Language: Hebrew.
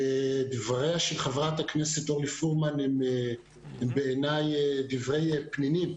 דבריה של חברת הכנסת אורלי פרומן הם בעיניי דברי פנינים,